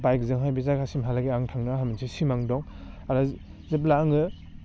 बाइकजोंहाय बे जायगासिहालागै आं थांनो आंहा मोनसे सिमां दं आरो जेब्ला आङो